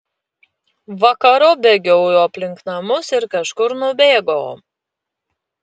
vakarop bėgiojo aplink namus ir kažkur nubėgo